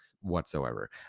whatsoever